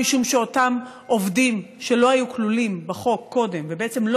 משום שאותם עובדים שלא היו כלולים בחוק קודם ובעצם לא